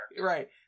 right